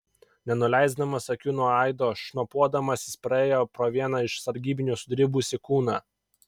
nenuleisdamas akių nuo aido šnopuodamas jis praėjo pro vieno iš sargybinių sudribusį kūną